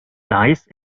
lies